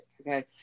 Okay